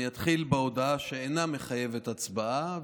אני אתחיל בהודעה שאינה מחייבת הצבעה,